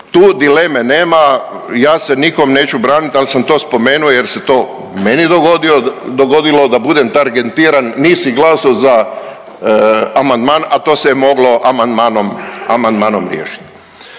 tu dileme nema, ja se nikom neću branit ali sam to spomenuo jer se to meni dogodilo da budem targetiran nisi glasao za amandman, a to se je moglo amandmanom,